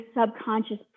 subconscious